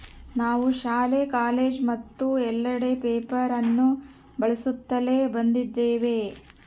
ನಾವು ಶಾಲೆ, ಕಾಲೇಜು ಮತ್ತು ಎಲ್ಲೆಡೆ ಪೇಪರ್ ಅನ್ನು ಬಳಸುತ್ತಲೇ ಬಂದಿದ್ದೇವೆ